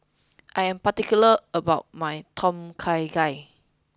I am particular about my Tom Kha Gai